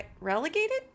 relegated